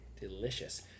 delicious